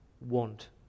want